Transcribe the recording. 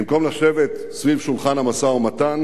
במקום לשבת סביב שולחן המשא-ומתן